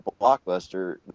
Blockbuster